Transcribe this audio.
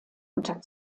unter